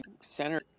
Center